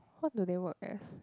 what do they work as